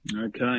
Okay